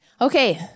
Okay